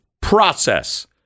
process